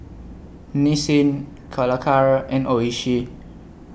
Nissin Calacara and Oishi